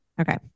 Okay